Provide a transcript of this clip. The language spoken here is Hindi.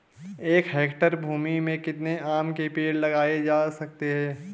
एक हेक्टेयर भूमि में कितने आम के पेड़ लगाए जा सकते हैं?